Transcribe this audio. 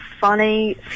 funny